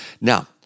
Now